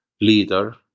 leader